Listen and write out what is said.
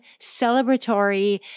celebratory